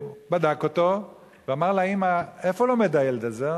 בדק אותו ואמר לאמא: איפה לומד הילד הזה?